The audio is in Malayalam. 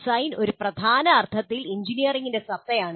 ഡിസൈൻ ഒരു പ്രധാന അർത്ഥത്തിൽ എഞ്ചിനീയറിംഗിന്റെ സത്തയാണ്